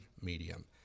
medium